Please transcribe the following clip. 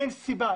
אין סיבה.